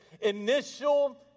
initial